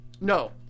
No